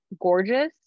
gorgeous